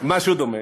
משהו דומה.